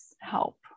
help